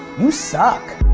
you suck.